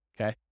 okay